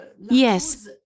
Yes